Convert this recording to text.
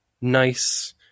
nice